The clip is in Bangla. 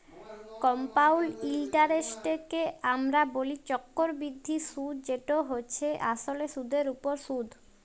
কমপাউল্ড ইলটারেস্টকে আমরা ব্যলি চক্করবৃদ্ধি সুদ যেট হছে আসলে সুদের উপর সুদ